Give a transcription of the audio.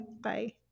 Bye